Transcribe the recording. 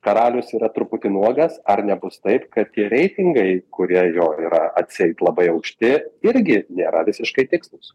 karalius yra truputį nuogas ar nebus taip kad tie reitingai kurie jo yra atseit labai aukšti irgi nėra visiškai tikslūs